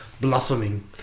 blossoming